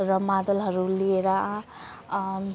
र मादलहरू लिएर